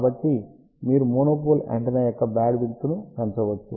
కాబట్టి మీరు monopole antenna యొక్క బ్యాండ్విడ్త్ను పెంచవచ్చు